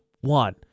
one